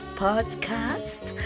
podcast